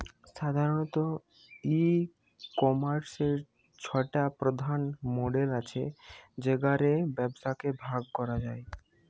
সাধারণত, ই কমার্সের ছটা প্রধান মডেল আছে যেগা রে ব্যবসাকে ভাগ করা যায়